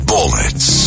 Bullets